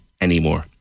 anymore